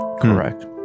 correct